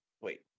Wait